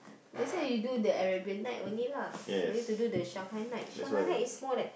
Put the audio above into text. might as you do the Arabian night only lah no need to do the Shanghai night Shanghai night is more like